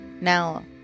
now